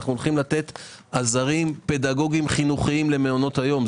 אנו הולכים לתת עזרים פדגוגיים חינוכיים למעונות היום.